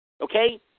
Okay